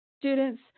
students